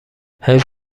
حیف